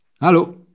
Hallo